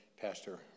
Pastor